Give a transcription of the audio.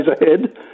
ahead